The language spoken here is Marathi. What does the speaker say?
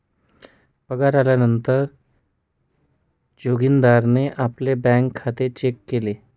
पगार आल्या नंतर जोगीन्दारणे आपले बँक खाते चेक केले